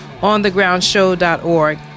onthegroundshow.org